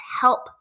help